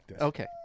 Okay